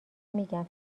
میگم